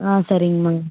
ஆ சரிங்கம்மா